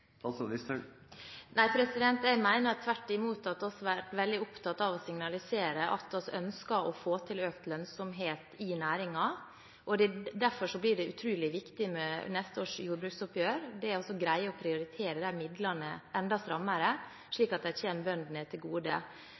Nei, jeg mener tvert imot at vi har vært veldig opptatt av å signalisere at vi ønsker å få til økt lønnsomhet i næringen. Derfor blir det utrolig viktig ved neste års jordbruksoppgjør å greie å prioritere de midlene enda strammere, slik at de kommer bøndene til gode.